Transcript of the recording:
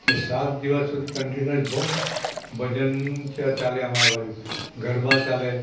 કે સાત દિવસ સુધી કંટીન્યૂસ ભોમ ભજન ચાલે અમારા બાજુ ગરબા ચાલે